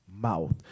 mouth